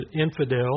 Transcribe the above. infidel